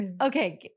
Okay